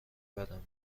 بدم